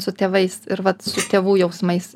su tėvais ir vat tėvų jausmais